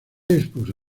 expuso